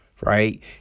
right